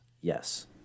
Yes